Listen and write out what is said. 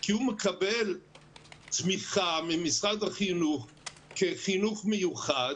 כי הוא מקבל תמיכה ממשרד החינוך כחינוך מיוחד,